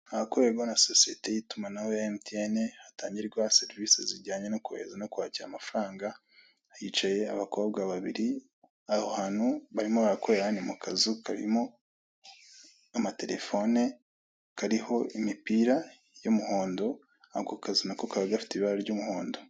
Ahakorerwa na sosete y'itumanaho ya MTN, hatangirwa serivise zijyanye nokohereza nokwakira amafaranga hicaye abakobwa babari aho hantu barimo barakorera ni mukazu karimo amatelefone kariho imipira y'umuhondo, ako kazu nako kakaba gafite ibira ry'umuhondo.